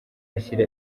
ashyira